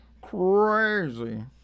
Crazy